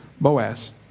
Boaz